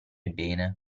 bene